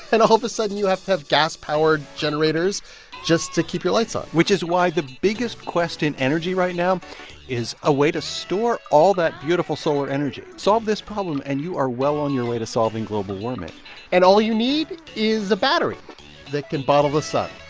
and all of a sudden, you have to have gas-powered generators just to keep your lights on which is why the biggest quest in energy right now is a way to store all that beautiful solar energy. solve this problem, and you are well on your way to solving global warming and all you need is a battery that can bottle the sun